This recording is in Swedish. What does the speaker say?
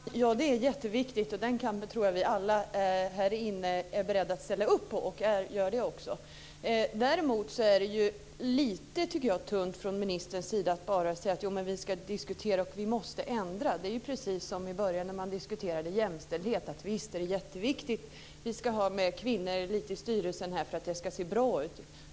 Herr talman! Ja, det är jätteviktigt, och den kampen tror jag att vi alla här är beredda att ställa upp på och gör det också. Däremot är det lite tunt från ministerns sida att bara säga att vi ska diskutera, vi måste ändra. Det är precis som i början när vi diskuterade jämställdhet. Vi sade att visst är det jätteviktigt, vi ska kvinnor i styrelser för att det ska se bra ut.